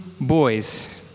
boys